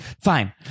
fine